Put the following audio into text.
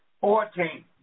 fourteen